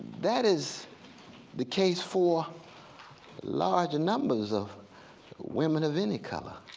that is the case for large and numbers of women of any color.